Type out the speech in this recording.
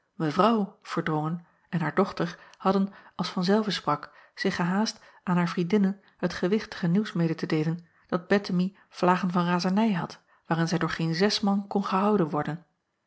evrouw erdrongen en haar dochter hadden als van zelve sprak zich gehaast aan haar vriendinnen het gewichtige nieuws mede te deelen dat ettemie vlagen van razernij had waarin zij door geen zes man kon gehouden worden